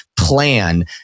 Plan